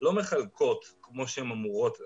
לא מחלקים כמו שהם אמורים לחלק.